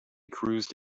cruised